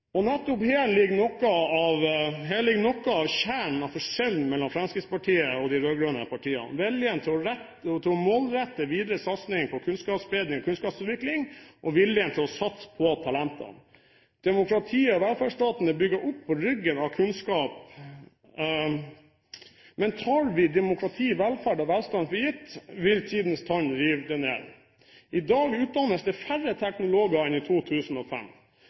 Nettopp her ligger noe av kjernen i forskjellen mellom Fremskrittspartiet og de rød-grønne partiene: viljen til målrettet videre satsing på kunnskapsspredning og kunnskapsutvikling og viljen til å satse på talentene. Demokratiet og velferdsstaten er bygget opp på ryggen av kunnskap, men tar vi demokrati, velferd og velstand for gitt, vil tidens tann rive det ned. I dag utdannes det færre teknologer enn i 2005.